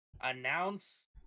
announce